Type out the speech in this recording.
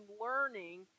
learning